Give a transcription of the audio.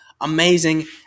amazing